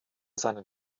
seinen